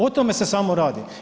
O tome se samo radi.